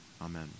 Amen